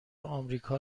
آمریکا